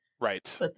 Right